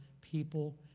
people